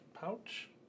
pouch